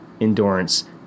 endurance